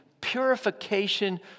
purification